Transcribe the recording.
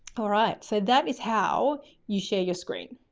all right, so that is how you share your screen.